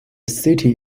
city